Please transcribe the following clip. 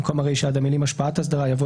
במקום הרישה עד המילים "השפעת אסדרה" יבוא